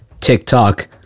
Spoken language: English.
TikTok